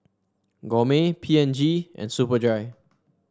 Gourmet P and G and Superdry